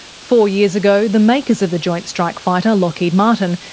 four years ago, the makers of the joint strike fighter, lockheed martin,